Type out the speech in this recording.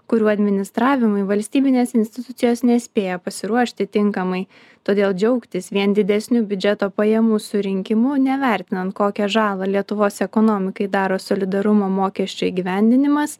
kurių administravimui valstybinės institucijos nespėja pasiruošti tinkamai todėl džiaugtis vien didesnių biudžeto pajamų surinkimu nevertinant kokią žalą lietuvos ekonomikai daro solidarumo mokesčio įgyvendinimas